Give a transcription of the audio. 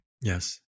Yes